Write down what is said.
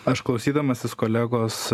aš klausydamasis kolegos